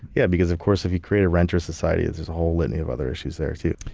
yeah, because of course if you create a renter's society there's a whole litany of other issues there too.